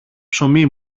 ψωμί